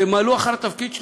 תמלאו אחר התפקיד שלכם.